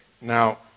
Now